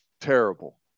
terrible